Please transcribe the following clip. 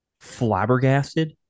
flabbergasted